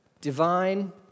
Divine